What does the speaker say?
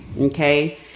okay